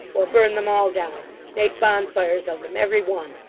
we'll burn them all down make bonfires of them every one!